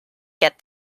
get